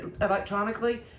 electronically